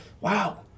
wow